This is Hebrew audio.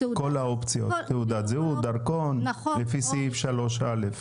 כל האופציות, תעודת זהות, דרכון, לפי סעיף 3 א'.